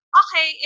okay